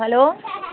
hello